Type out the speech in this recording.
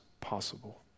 possible